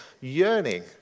yearning